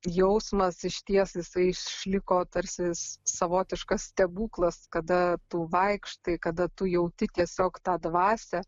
jausmas išties jisai išliko tarsi savotiškas stebuklas kada tu vaikštai kada tu jauti tiesiog tą dvasią